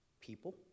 people